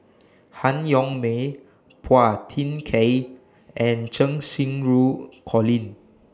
Han Yong May Phua Thin Kiay and Cheng Xinru Colin